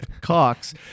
Cox